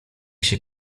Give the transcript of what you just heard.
się